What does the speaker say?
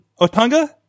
Otunga